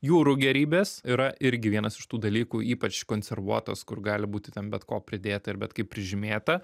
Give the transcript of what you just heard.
jūrų gėrybės yra irgi vienas iš tų dalykų ypač konservuotos kur gali būti ten bet ko pridėta ir bet kaip prižymėta